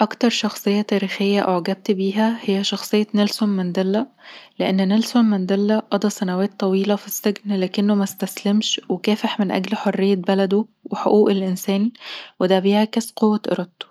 اكتر شخصية تاريخيه أعجبت بيها هي شخصية نيلسون مانديلا لأن نيلسون مانديلا قضي سنوات طويلة في السجن، لكنه ما استسلمش وكافح من أجل حرية بلده وحقوق الإنسان، وده بيعكس قوة إرادته.